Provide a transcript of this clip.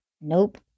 Nope